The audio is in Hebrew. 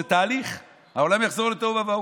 זה תהליך, העולם יחזור לתוהו ובוהו.